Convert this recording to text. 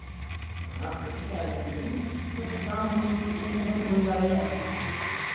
ᱚᱱᱟ ᱦᱚᱛᱮᱜ ᱛᱮ ᱤᱧ ᱫᱩᱧ ᱦᱳᱭᱛᱳ ᱫᱟᱢ ᱤᱭᱟᱹ ᱛᱮᱦᱚᱸ ᱦᱩᱭ ᱫᱟᱲᱮᱭᱟᱜᱼᱟ